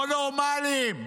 לא נורמליים.